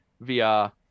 via